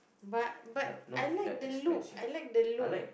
but but I like the look I like the look